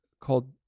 called